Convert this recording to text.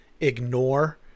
ignore